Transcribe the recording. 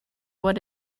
what